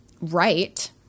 right